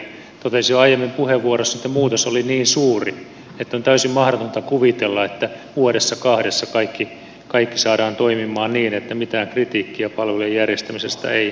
totesin jo aiemmin puheenvuorossani että muutos oli niin suuri että on täysin mahdotonta kuvitella että vuodessa kahdessa kaikki saadaan toimimaan niin että mitään kritiikkiä palvelujen järjestämisestä ei tule